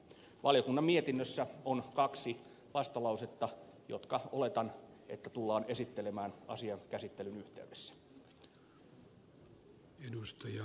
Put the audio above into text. valiokunnan mietinnössä on kaksi vastalausetta jotka oletan tultavan esittelemään asian käsittelyn yhteydessä